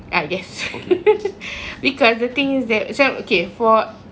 ah yes because the things that macam okay for